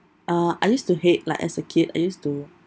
uh I used to hate like as a kid I used to